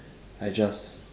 I just